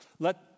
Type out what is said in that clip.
Let